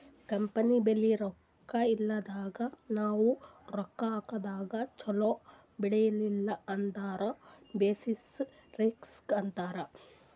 company ಬಲ್ಲಿ ರೊಕ್ಕಾ ಇರ್ಲಾರ್ದಾಗ್ ನಾವ್ ರೊಕ್ಕಾ ಹಾಕದಾಗ್ ಛಲೋ ಬೆಳಿಲಿಲ್ಲ ಅಂದುರ್ ಬೆಸಿಸ್ ರಿಸ್ಕ್ ಅಂತಾರ್